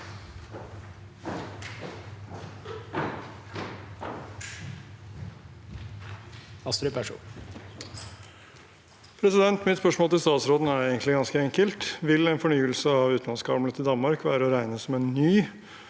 Mitt spørsmål til statsråden er egentlig ganske enkelt: Vil en fornyelse av utenlandskablene til Danmark være å regne som en ny